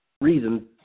reason